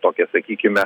tokią sakykime